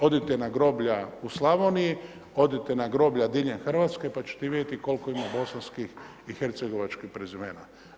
Odite na groblja u Slavoniji, odite na groblja diljem Hrvatske pa ćete vidjeti kolko ima Bosanskih i Hercegovačkih prezimena.